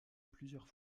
plusieurs